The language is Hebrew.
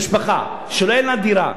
משפחה שאין לה דירה,